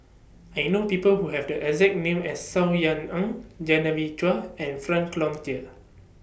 I know People Who Have The exact name as Saw Ean Ang Genevieve Chua and Frank Cloutier